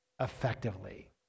effectively